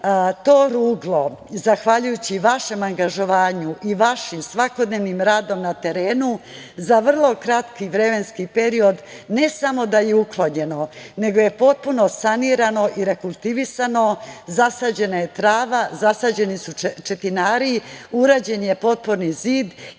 To ruglo, zahvaljujući vašem angažovanju i vašim svakodnevnim radom na terenu za vrlo kratki vremenski period ne samo da je uklonjeno, nego je potpuno sanirano i rekultivisano, zasađena je trava, zasađeni su četinari, urađen je potporni zid,